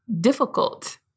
difficult